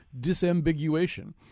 disambiguation